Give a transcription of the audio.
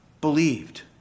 believed